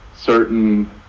certain